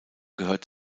gehört